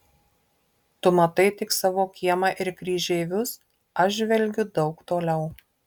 tu matai tik savo kiemą ir kryžeivius aš žvelgiu daug toliau